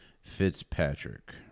Fitzpatrick